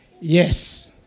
Yes